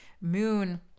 moon